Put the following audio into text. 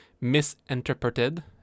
misinterpreted